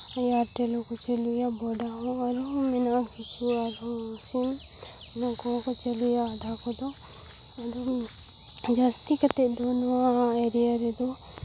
Airtel ᱠᱚ ᱪᱟᱞᱩᱭᱟ ᱵᱷᱚᱰᱟ ᱦᱚᱸ ᱟᱨᱦᱚᱸ ᱢᱮᱱᱟᱜᱼᱟ ᱠᱤᱪᱷᱩ ᱟᱨᱦᱚᱸ ᱥᱤᱢ ᱱᱚᱣᱟ ᱠᱚᱦᱚᱸ ᱠᱚ ᱪᱟᱹᱞᱩᱭᱟ ᱟᱫᱷᱟ ᱠᱚᱫᱚ ᱡᱟᱹᱥᱛᱤ ᱠᱟᱛᱮ ᱫᱚ ᱱᱚᱣᱟ ᱮᱨᱤᱭᱟ ᱨᱮᱫᱚ